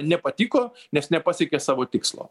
nepatiko nes nepasiekė savo tikslo